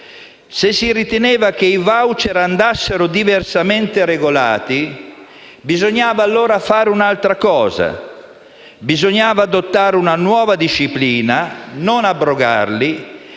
Se si riteneva che i *voucher* andassero diversamente regolati, bisognava allora fare un'altra cosa: adottare una nuova disciplina, non abrogarli,